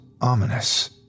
ominous